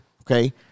okay